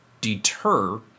deter